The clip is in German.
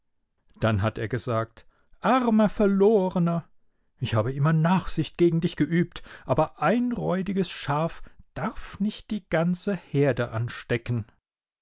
dann hat er gesagt armer verlorener ich habe immer nachsicht gegen dich geübt aber ein räudiges schaf darf nicht die ganze herde anstecken